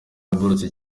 buruse